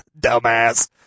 dumbass